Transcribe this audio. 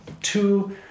two